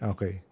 Okay